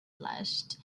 blushed